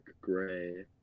gray